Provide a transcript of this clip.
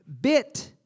bit